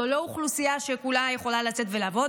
זו לא אוכלוסייה שכולה יכולה לצאת ולעבוד,